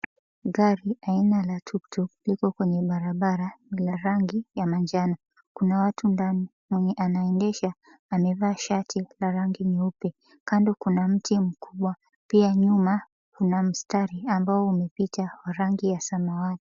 Gari aina la tuktuk liko kwenye barabara, lina rangi ya manjano. Kuna watu ndani. Mwenye anaendesha amevaa shati la rangi nyeupe. Kando kuna mti mkubwa pia nyuma kuna mstari ambao umepita wa rangi ya samawati.